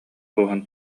кууһан